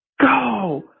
go